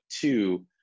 two